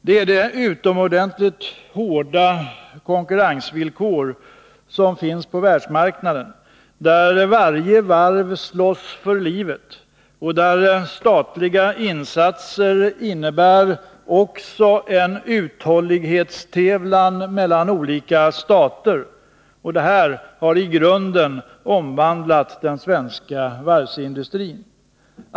Det är de utomordentligt hårda konkurrensvillkor som finns på världsmarknaden, där varje varv slåss för livet och där statliga insatser innebär också en uthållighetstävlan mellan olika stater, som i grunden har omvandlat den svenska varvsindustrin.